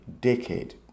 decade